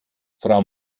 frau